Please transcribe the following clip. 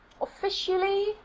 Officially